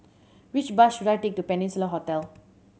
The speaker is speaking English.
which bus should I take to Peninsula Hotel